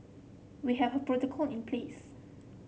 we have a protocol in place